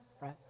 right